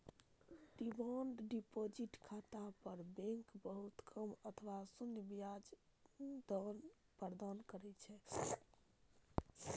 demand deposit खाता पर bank बहुत कम अथवा शून्य ब्याज दर प्रदान करै छै